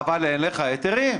אבל אין לך היתרים.